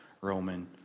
Roman